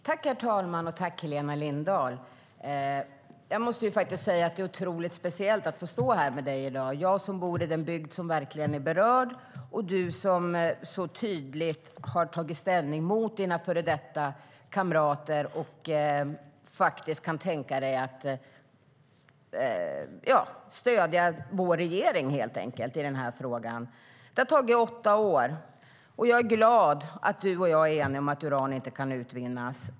Herr talman! Det är otroligt speciellt att få stå här med Helena Lindahl i dag. Jag bor i den bygd som verkligen är berörd, och Helena Lindahl har så tydligt tagit ställning mot sina före detta kamrater och kan tänka sig att stödja vår regering i frågan. Det har tagit åtta år, och jag är glad att Helena Lindahl och jag är eniga om att uran inte kan utvinnas.